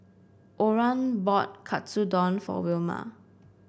Oran bought Katsu Tendon for Wilma